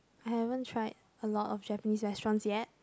I haven't tried a lot of Japanese restaurants yet